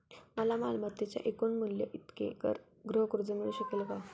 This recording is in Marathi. मला मालमत्तेच्या एकूण मूल्याइतके गृहकर्ज मिळू शकेल का?